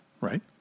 Right